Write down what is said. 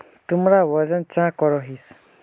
तुमरा वजन चाँ करोहिस?